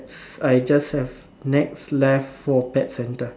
I just have next left for pet centre